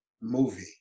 movie